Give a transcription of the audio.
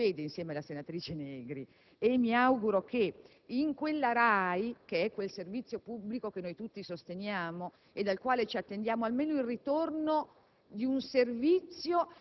Faccio atto di fede insieme alla senatrice Negri e dalla RAI, dal servizio pubblico che noi tutti sosteniamo e dal quale ci attendiamo almeno il ritorno